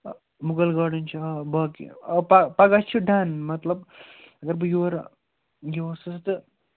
آ مُغَل گارڑَن چھ ہا باقٕے آ پا پَگاہ چھُ ڈَن مَطلَب اگر بہٕ یورٕ یہِ اوسُس تہٕ